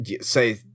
say